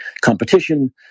competition